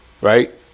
right